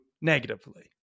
negatively